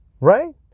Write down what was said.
Right